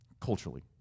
culturally